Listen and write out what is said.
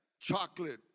chocolate